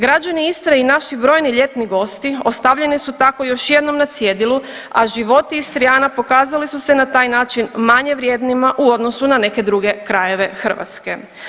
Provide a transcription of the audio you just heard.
Građani Istre i naši brojni ljetni gosti ostavljeni su tako još jednom na cjedilu, a životi Istrijana pokazali su se na taj način manje vrijednima u odnosu na neke druge krajeve Hrvatske.